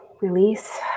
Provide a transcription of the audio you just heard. release